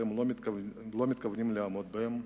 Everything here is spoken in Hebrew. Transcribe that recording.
שאתם לא מתכוונים לעמוד בהן.